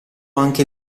anche